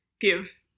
give